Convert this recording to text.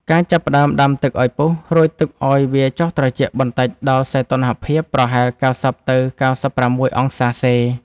ចាប់ផ្ដើមដាំទឹកឱ្យពុះ រួចទុកឱ្យវាចុះត្រជាក់បន្តិចដល់សីតុណ្ហភាពប្រហែល ៩០ ទៅ ៩៦ អង្សាសេ។